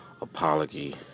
apology